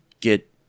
get